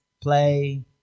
play